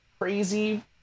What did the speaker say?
crazy